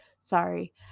Sorry